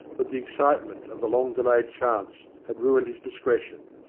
but the ex citement of the long-delayed chance had ruined his discretion.